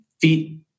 feet